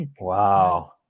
Wow